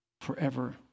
forever